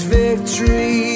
victory